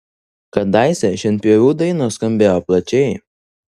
kadaise šienpjovių dainos skambėjo plačiai